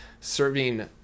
serving